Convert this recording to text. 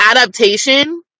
adaptation